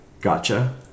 Gotcha